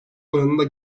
oranında